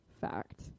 fact